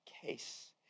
case